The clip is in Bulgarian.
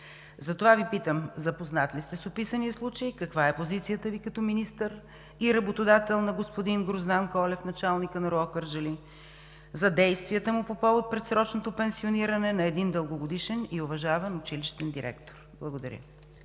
Затова Ви питам: запознат ли сте с описания случай, каква е позицията Ви като министър и работодател на господин Гроздан Колев – началникът на РУО, Кърджали, за действията му по повод предсрочното пенсиониране на един дългогодишен и уважаван училищен директор? Благодаря